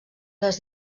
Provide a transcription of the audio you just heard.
les